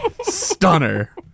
stunner